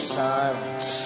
silence